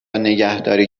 نگهداری